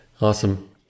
Awesome